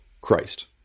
Christ